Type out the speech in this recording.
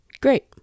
great